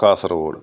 Kasaragod